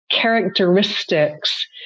characteristics